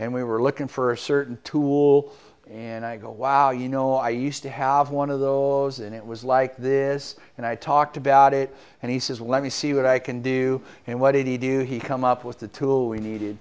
and we were looking for a certain tool and i go wow you know i used to have one of those and it was like this and i talked about it and he says let me see what i can do and what did he do he come up with the tool we needed